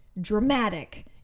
dramatic